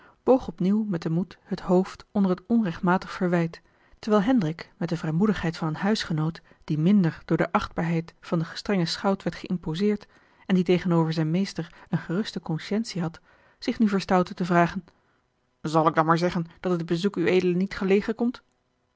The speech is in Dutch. boog opnieuw met demoed het hoofd onder het onrechtmatig verwijt terwijl hendrik met de vrijmoedigheid van een huisgenoot die minder door de achtbaarheid van den gestrengen schout werd geïmposeerd en die tegenover zijn meester eene geruste consciëntie had zich nu verstoutte te vragen zal ik dan maar zeggen dat het bezoek ued niet gelegen komt